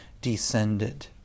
descended